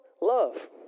Love